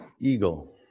Eagle